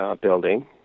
building